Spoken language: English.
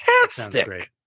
fantastic